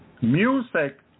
Music